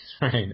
right